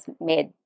made